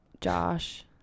Josh